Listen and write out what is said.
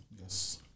Yes